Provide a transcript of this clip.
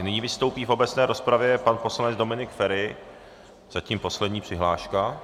Nyní vystoupí v obecné rozpravě pan poslanec Dominik Feri, zatím poslední přihláška.